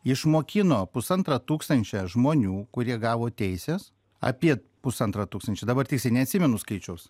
išmokino pusantro tūkstančio žmonių kurie gavo teises apie pusantro tūkstančio dabar tiksliai neatsimenu skaičiaus